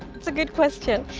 that's a good question.